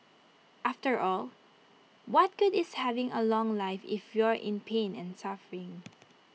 after all what good is having A long life if you're in pain and suffering